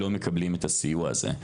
לא מקבלים את הסיוע הזה.